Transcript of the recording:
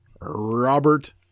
Robert